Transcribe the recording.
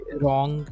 wrong